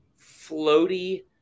floaty